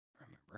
Remember